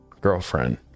girlfriend